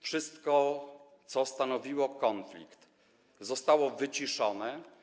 Wszystko, co stanowiło konflikt, zostało wyciszone.